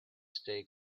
stay